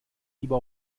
lieber